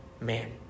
man